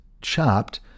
chopped